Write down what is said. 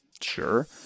sure